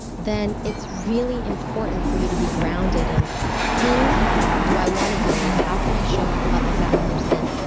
then it's really important for you to be grounded in who do i want to be, how can i show up as that person,